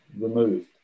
removed